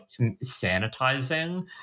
sanitizing